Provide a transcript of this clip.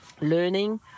learning